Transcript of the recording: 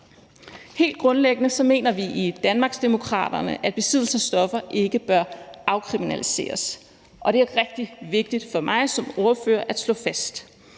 Helt grundlæggende mener vi i Danmarksdemokraterne, at besiddelse af stoffer ikke bør afkriminaliseres, og det er rigtig vigtigt for mig som ordfører at slå det